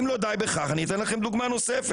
אם לא די בכך אני אתן לכם דוגמה נוספת.